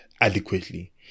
adequately